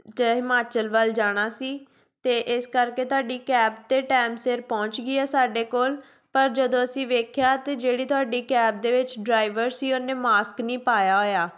ਜੇ ਹਿਮਾਚਲ ਵੱਲ ਜਾਣਾ ਸੀ ਅਤੇ ਇਸ ਕਰਕੇ ਤੁਹਾਡੀ ਕੈਬ ਤਾਂ ਟਾਈਮ ਸਿਰ ਪਹੁੰਚ ਗਈ ਹੈ ਸਾਡੇ ਕੋਲ ਪਰ ਜਦੋਂ ਅਸੀਂ ਵੇਖਿਆ ਤਾਂ ਜਿਹੜੀ ਤੁਹਾਡੀ ਕੈਬ ਦੇ ਵਿੱਚ ਡਰਾਇਵਰ ਸੀ ਉਹਨੇ ਮਾਸਕ ਨਹੀਂ ਪਾਇਆ ਹੋਇਆ